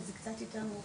זה קצת יותר מורכב.